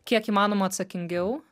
kiek įmanoma atsakingiau